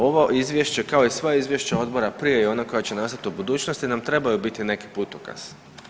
Ovo izvješće kao i sva izvješća odbora prije i ona koja će nastati u budućnosti nam trebaju biti neki putokaz.